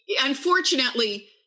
unfortunately